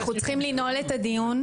אנחנו צריכים לנעול את הדיון,